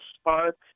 spark